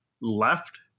left